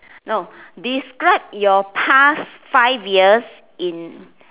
no describe your past five years in